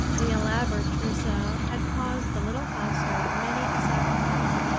the elaborate trousseau had caused the little household many a sacrifice,